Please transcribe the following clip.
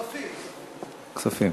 כספים.